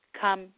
come